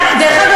דרך אגב,